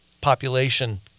population